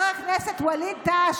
חבר הכנסת ווליד טאהא,